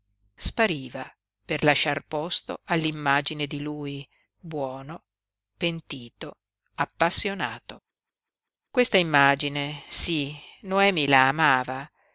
spariva per lasciar posto all'immagine di lui buono pentito appassionato questa immagine sí noemi la amava